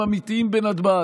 לא יכולתי ללכת, לזקוף את הגב.